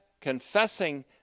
confessing